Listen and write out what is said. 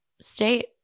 state